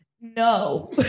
no